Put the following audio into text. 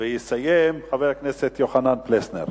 ויסיים חבר הכנסת יוחנן פלסנר.